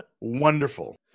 Wonderful